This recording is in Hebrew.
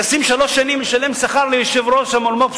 מנסים שלוש שנים לשלם שכר ליושב-ראש המולמו"פ,